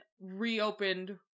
reopened